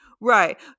right